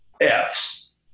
F's